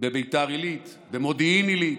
בביתר עילית, במודיעין עילית,